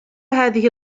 هذه